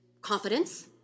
confidence